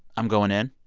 i'm goin in.